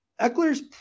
Eckler's